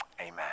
Amen